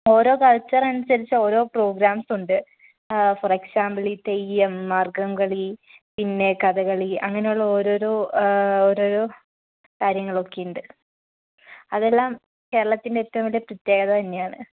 ഓരോ കൾച്ചർ അനുസരിച്ച് ഓരോ പ്രോഗ്രാംസുണ്ട് ഫോർ എക്സാമ്പിൾ ഈ തെയ്യം മാർഗ്ഗംകളി പിന്നെ കഥകളി അങ്ങനെയുള്ള ഓരോരോ ഓരോരോ കാര്യങ്ങളൊക്കെയുണ്ട് അതെല്ലാം കേരളത്തിൻ്റെ ഏറ്റവും വലിയ പ്രത്യേകത തന്നെയാണ്